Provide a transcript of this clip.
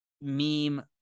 meme